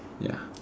ya